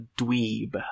dweeb